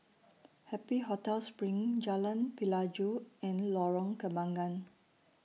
Happy Hotel SPRING Jalan Pelajau and Lorong Kembangan